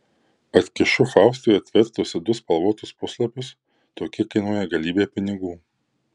atkišu faustui atvertusi du spalvotus puslapius tokie kainuoja galybę pinigų